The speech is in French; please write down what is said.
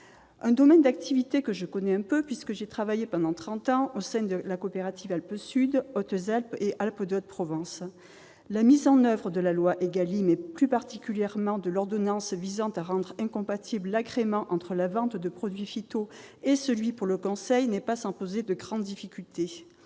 ce domaine d'activité, pour avoir travaillé pendant trente ans au sein de la coopérative Alpesud, dans les Hautes-Alpes et les Alpes-de-Haute-Provence. La mise en oeuvre de la loi ÉGALIM et, plus particulièrement, de l'ordonnance visant à rendre incompatibles l'agrément pour la vente de produits « phytos » et celui pour le conseil n'est pas sans poser de grandes difficultés.